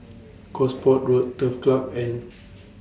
Gosport Road Turf Club and